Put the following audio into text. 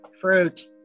Fruit